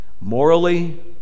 morally